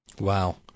Wow